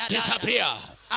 Disappear